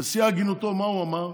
בשיא הגינותו, מה הוא אמר?